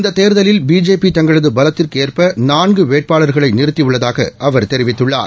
இந்த தேர்தலில் பிஜேபி தங்களது பலத்திற்கு ஏற்ப நான்கு வேட்பாளர்களை நிறுத்தி உள்ளதாக அவர் தெரிவித்தார்